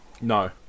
No